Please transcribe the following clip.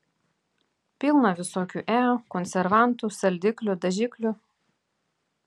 pilna visokių e konservantų saldiklių dažiklių